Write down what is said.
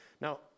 Now